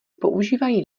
používají